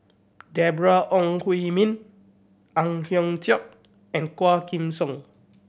Deborah Ong Hui Min Ang Hiong Chiok and Quah Kim Song